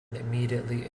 immediately